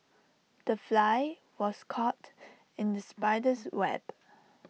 the fly was caught in the spider's web